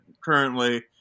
currently